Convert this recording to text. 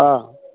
অঁ